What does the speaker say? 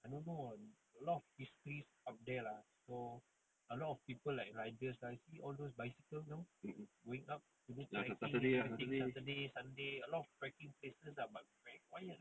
mmhmm ah saturday saturday